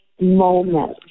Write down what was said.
moment